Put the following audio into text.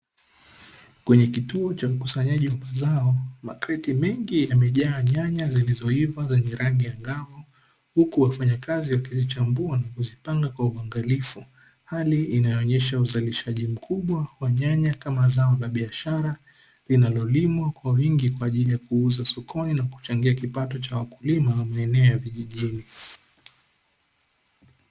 Kwenye kituo cha ukusanyaji wa mazao, makreti mengi yamejaa nyanya zilizoiva zenye rangi ya ngao huku wafanya kazi wakizichambua na kuzipanga kwa uangarifu, hali inayoonyesha uzalishaji mkubwa wa nyanya kama zao la biashara linalolimwa kwa wingi kwa ajili ya kuuza sokoni na kuchangia kipato cha wakulima wa maeneo ya vijijini.